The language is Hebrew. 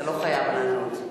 אתה לא חייב לענות.